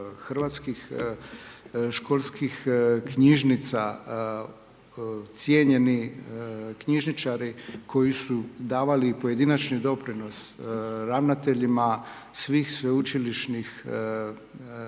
Hrvatskih školskih knjižnica, cijenjeni knjižničari koji su davali pojedinačni doprinos ravnateljima svim Sveučilišnih